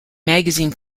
magazine